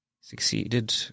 succeeded